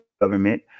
government